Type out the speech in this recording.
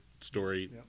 story